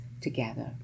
together